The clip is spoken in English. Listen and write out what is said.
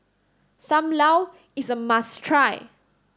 Sam Lau is a must try